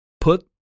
Put